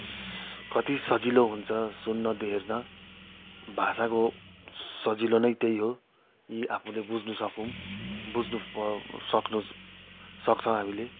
कति सजिलो हुन्छ सुन्न हेर्न भाषाको सजिलो नै त्यही हो कि आफुले बुझ्न सकौँ बुझ्न सक्नु सक्छौँ हामीले